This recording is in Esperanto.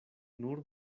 nur